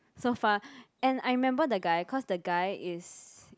so far and I remember the guy cause the guy is